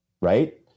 Right